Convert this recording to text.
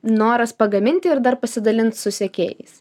noras pagaminti ir dar pasidalint su sekėjais